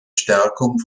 stärkung